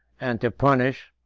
and to punish,